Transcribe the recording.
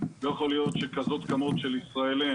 לא יכול להיות שכזאת כמות של ישראלים,